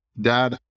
dad